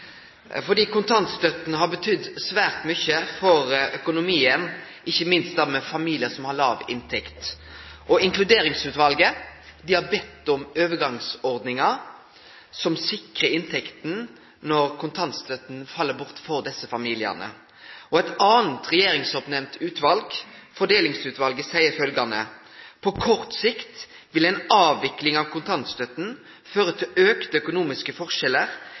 Kontantstøtta har betydd svært mykje for økonomien, ikkje minst for familiar som har låg inntekt. Inkluderingsutvalet har bedt om overgangsordningar som sikrar inntekta når kontantstøtta fell bort for desse familiane. Eit anna regjeringsoppnemnt utval, Fordelingsutvalet, seier følgjande: «På kort sikt vil imidlertid en avvikling av kontantstøtten føre til økte økonomiske